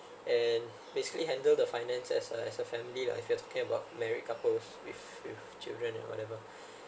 and basically handle the finance as a as a family lah if you're talking about married couples with with children and whatever